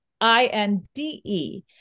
I-N-D-E